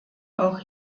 auch